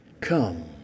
come